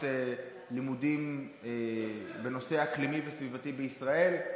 לימודים בנושא האקלימי והסביבתי בישראל.